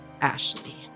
Ashley